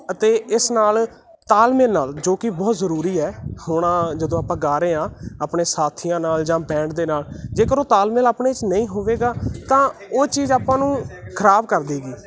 ਅਤੇ ਇਸ ਨਾਲ ਤਾਲਮੇਲ ਨਾਲ ਜੋ ਕਿ ਬਹੁਤ ਜ਼ਰੂਰੀ ਹੈ ਹੋਣਾ ਜਦੋਂ ਆਪਾਂ ਗਾ ਰਹੇ ਹਾਂ ਆਪਣੇ ਸਾਥੀਆਂ ਨਾਲ ਜਾਂ ਬੈਂਡ ਦੇ ਨਾਲ ਜੇਕਰ ਉਹ ਤਾਲਮੇਲ ਆਪਣੇ 'ਚ ਨਹੀਂ ਹੋਵੇਗਾ ਤਾਂ ਉਹ ਚੀਜ਼ ਆਪਾਂ ਨੂੰ ਖਰਾਬ ਕਰ ਦੇਗੀ